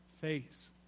face